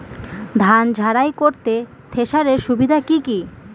ধান ঝারাই করতে থেসারের সুবিধা কি কি?